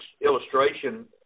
illustration